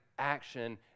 action